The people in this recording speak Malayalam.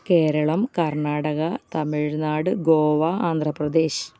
കേരളം കർണ്ണാടക തമിഴ്നാട് ഗോവ ആന്ധ്രാപ്രദേശ്